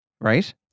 right